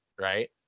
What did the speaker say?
right